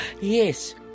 Yes